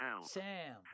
Sam